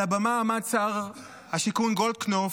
על הבמה עמד שר השיכון גולדקנופ,